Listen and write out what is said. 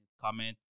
comment